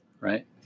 Right